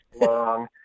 long